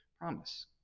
promise